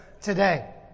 today